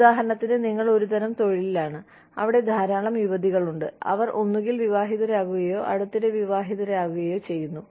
ഉദാഹരണത്തിന് നിങ്ങൾ ഒരുതരം തൊഴിലിലാണ് അവിടെ ധാരാളം യുവതികൾ ഉണ്ട് അവർ ഒന്നുകിൽ വിവാഹിതരാകുകയോ അടുത്തിടെ വിവാഹിതരാകുകയോ ചെയ്യുന്നു